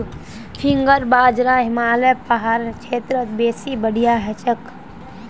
finger बाजरा हिमालय पहाड़ेर क्षेत्रत बेसी बढ़िया हछेक